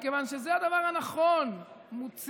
כיוון שזה הדבר הנכון ציונית,